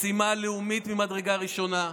משימה לאומית ממדרגה ראשונה.